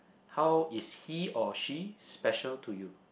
how is he or she special to you